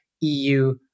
EU